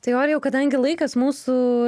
tai orijau kadangi laikas mūsų